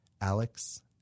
alex